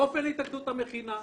אופן התאגדות המכינה,